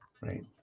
right